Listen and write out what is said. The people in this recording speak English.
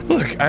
Look